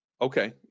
Okay